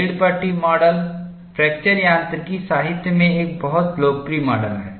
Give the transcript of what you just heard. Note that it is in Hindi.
यील्ड पट्टी माडल फ्रैक्चर यांत्रिकी साहित्य में एक बहुत लोकप्रिय माडल है